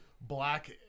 black